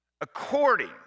according